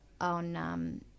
on